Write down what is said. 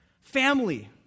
family